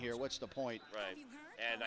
here what's the point right and